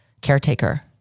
caretaker